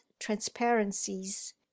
transparencies